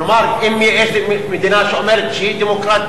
כלומר אם יש מדינה שאומרת שהיא דמוקרטית,